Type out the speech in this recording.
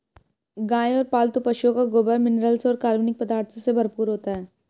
गाय और पालतू पशुओं का गोबर मिनरल्स और कार्बनिक पदार्थों से भरपूर होता है